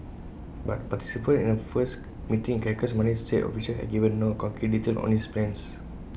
but participants in A first meeting in Caracas Monday said officials had given no concrete details on its plans